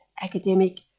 academic